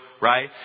right